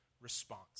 response